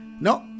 No